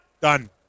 Done